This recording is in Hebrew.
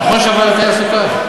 נכון שהוועדה תהיה עסוקה?